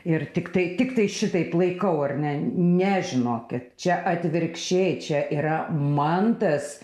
ir tiktai tiktai šitaip laikau ar ne ne žinokit čia atvirkščiai čia yra mantas